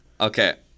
Okay